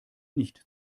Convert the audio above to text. nicht